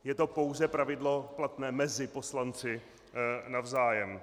Je to pouze pravidlo platné mezi poslanci navzájem.